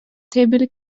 table